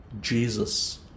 Jesus